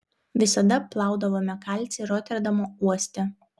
visada plaudavome kalcį roterdamo uoste